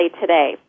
today